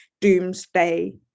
doomsday